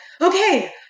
okay